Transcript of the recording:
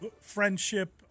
friendship